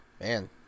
Man